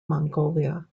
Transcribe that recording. mongolia